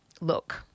Look